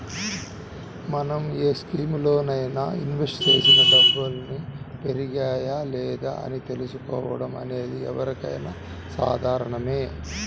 మనం ఏ స్కీములోనైనా ఇన్వెస్ట్ చేసిన డబ్బుల్ని పెరిగాయా లేదా అని చూసుకోవడం అనేది ఎవరికైనా సాధారణమే